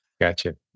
Gotcha